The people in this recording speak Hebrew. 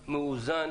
מאוזן,